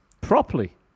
Properly